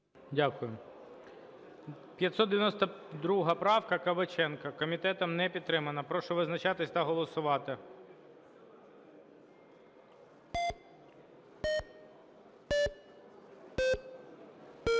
Дякую. 592 правка Кабаченка комітетом не підтримана. Прошу визначатись та голосувати.